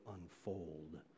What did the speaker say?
unfold